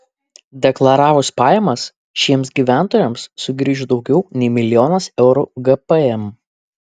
deklaravus pajamas šiems gyventojams sugrįš daugiau nei milijonas eurų gpm